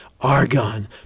Argon